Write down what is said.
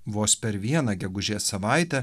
vos per vieną gegužės savaitę